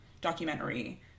documentary